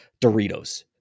doritos